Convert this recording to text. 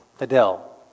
Adele